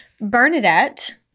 Bernadette